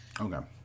Okay